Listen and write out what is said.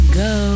go